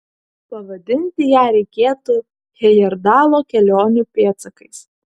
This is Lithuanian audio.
pavadinti ją reikėtų hejerdalo kelionių pėdsakais